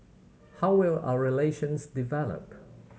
how will our relations develop